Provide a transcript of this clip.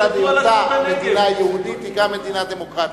לצד היותה מדינה יהודית היא גם מדינה דמוקרטית.